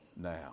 now